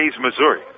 Missouri